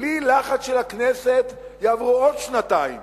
בלי לחץ של הכנסת יעברו עוד שנתיים,